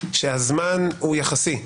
שהזמן הוא יחסי.